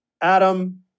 Adam